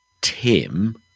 Tim